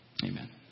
Amen